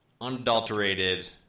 unadulterated